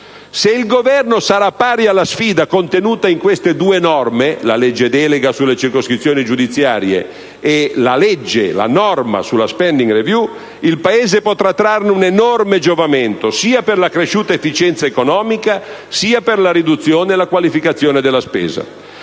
Se il Governo sarà pari alla sfida contenuta in queste due norme - la legge delega sulle circoscrizioni giudiziarie e la legge sulla *spending review* - il Paese potrà trarne un enorme giovamento, sia per l'accresciuta efficienza economica, sia per la riduzione e la qualificazione della spesa.